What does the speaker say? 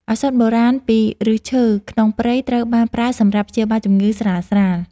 ឱសថបុរាណពីឫសឈើក្នុងព្រៃត្រូវបានប្រើសម្រាប់ព្យាបាលជំងឺស្រាលៗ។